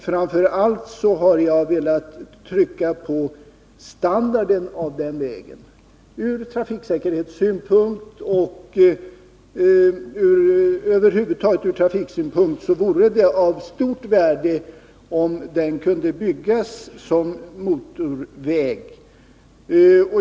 Framför allt har jag velat trycka på denna vägs standard. Från trafiksäkerhetssynpunkt och från trafiksynpunkt över huvud taget vore det av stort värde om leden kunde byggas som motorväg.